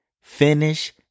Finish